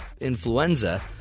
influenza